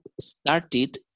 started